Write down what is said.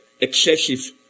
excessive